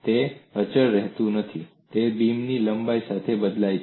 તે અચળ રહેતું નથી તે બીમની લંબાઈ સાથે બદલાય છે